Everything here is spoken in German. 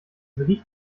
riecht